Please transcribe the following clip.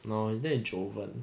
no that is joven